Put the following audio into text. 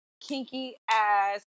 kinky-ass